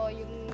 yung